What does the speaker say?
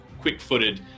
quick-footed